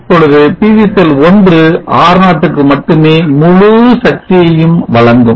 இப்பொழுது PV cell 1 R0 க்கு மட்டுமே முழு சக்தியையும் வழங்கும்